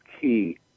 key